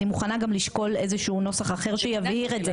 מוכנה גם לשקול איזה שהוא נוסח אחר שיבהיר את זה.